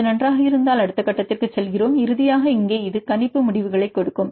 அது நன்றாக இருந்தால் அடுத்த கட்டத்திற்கு செல்கிறோம் இறுதியாக இங்கே இது கணிப்பு முடிவுகளைக் கொடுக்கும்